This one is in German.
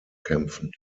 kämpfen